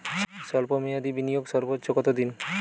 স্বল্প মেয়াদি বিনিয়োগ সর্বোচ্চ কত দিন?